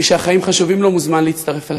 מי שהחיים חשובים לו מוזמן להצטרף אלי.